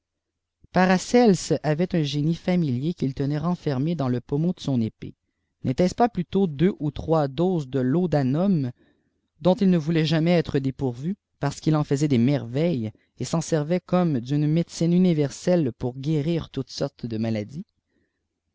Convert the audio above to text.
paracelse avait un génie familier qu'il tenait renfermé dans le pommeau de son épée n'était-ce pas plutôt deux ou trois doses de laudanum ioat il ne voulait jamais être dépourvu parce ii'il en faisait des merveilles et s'en servait comme d'une médecine universelle pour guérir toutes sortes de maladies